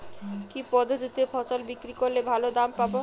কি পদ্ধতিতে ফসল বিক্রি করলে ভালো দাম পাব?